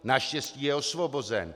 Naštěstí je osvobozen.